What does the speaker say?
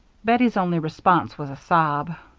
bettie's only response was a sob.